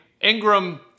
Ingram